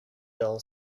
dull